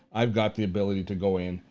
i've got the ability to go in,